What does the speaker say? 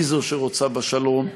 היא שרוצה בשלום.